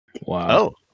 Wow